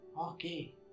okay